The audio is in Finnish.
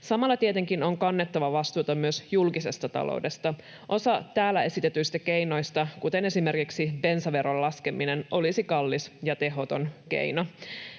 Samalla tietenkin on kannettava vastuuta myös julkisesta taloudesta. Osa täällä esitetyistä keinoista, kuten esimerkiksi bensaveron laskeminen, olisi kallis ja tehoton keino.